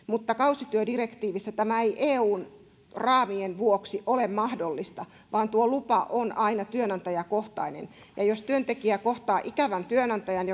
mutta kausityödirektiivissä tämä ei eun raamien vuoksi ole mahdollista vaan tuo lupa on aina työnantajakohtainen jos työntekijä kohtaa ikävän työnantajan